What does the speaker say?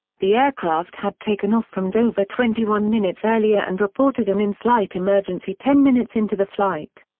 the aircraft had taken off from dover twenty one minutes earlier and reported an in-flight emergency ten minutes into the flight.